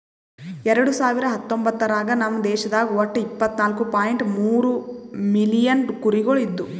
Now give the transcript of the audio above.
ಎರಡು ಸಾವಿರ ಹತ್ತೊಂಬತ್ತರಾಗ ನಮ್ ದೇಶದಾಗ್ ಒಟ್ಟ ಇಪ್ಪತ್ನಾಲು ಪಾಯಿಂಟ್ ಮೂರ್ ಮಿಲಿಯನ್ ಕುರಿಗೊಳ್ ಇದ್ದು